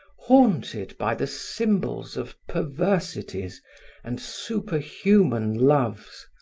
haunted by the symbols of perversities and superhuman loves,